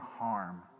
harm